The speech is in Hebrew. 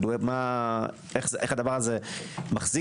איך זה מחזיק.